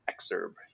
exurb